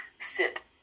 sit